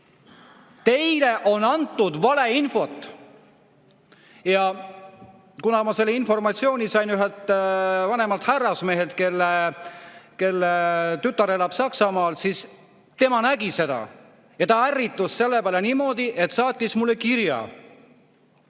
"Teile on antud valeinfot." Ja kuna ma selle informatsiooni sain ühelt vanemalt härrasmehelt, kelle tütar elab Saksamaal, siis tema nägi seda ja ärritus selle peale niimoodi, et saatis mulle kirja,